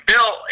Bill